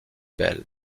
bell